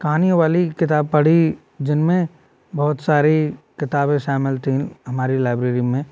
कहानियों वाली किताब पढ़ी जिनमें बहुत सारी किताबें शामिल थीं हमारी लाइब्रेरी में